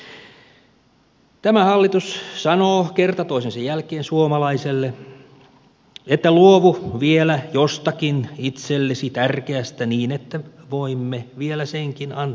tämä hallitus sanoo kerta toisensa jälkeen suomalaiselle että luovu vielä jostakin itsellesi tärkeästä niin että voimme vielä senkin antaa vieraille